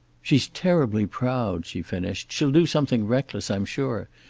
she's terribly proud, she finished. she'll do something reckless, i'm sure.